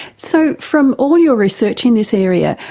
so from all your research in this area,